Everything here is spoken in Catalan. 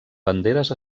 banderes